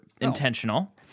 intentional